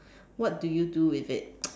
what do you do with it